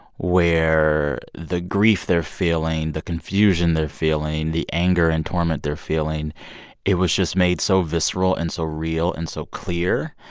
where the grief they're feeling, the confusion they're feeling, the anger and torment they're feeling it was just made so visceral and so real and so clear.